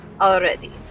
already